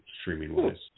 streaming-wise